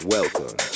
Welcome